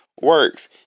works